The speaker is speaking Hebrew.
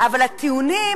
אבל הטיעונים,